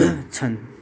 छन्